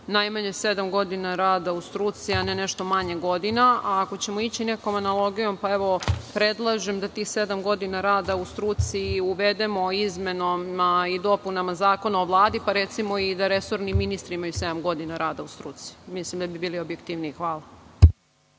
najmanje sedam godina rada u struci, a ne nešto manje godina. Ako ćemo ići nekom analogijom, pa, evo predlažem da tih sedam godina u struci uvedemo izmenama i dopunama Zakona o Vladi, pa recimo da i resorni ministri imaju sedam godina rada u struci. Mislim da bi bili objektivniji. Hvala.